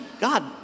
God